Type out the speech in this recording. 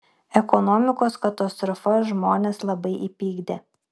ekonomikos katastrofa žmones labai įpykdė